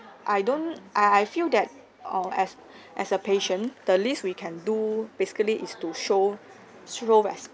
I don't I I feel that uh as as a patient the least we can do basically is to show show res~